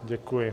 Děkuji.